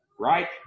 right